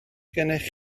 gennych